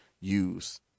use